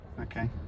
okay